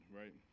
right